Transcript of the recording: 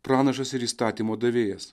pranašas ir įstatymo davėjas